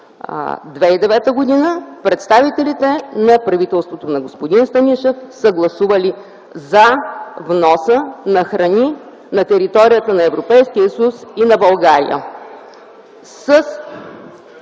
2009 г. представителите на правителството на господин Станишев са гласували за вноса на храни на територията на Европейския съюз и на България.